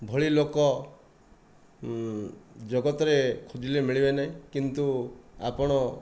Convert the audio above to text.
ଭଳି ଲୋକ ଜଗତରେ ଖୋଜିଲେ ମିଳିବେ ନାହିଁ କିନ୍ତୁ ଆପଣ